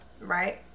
right